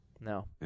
No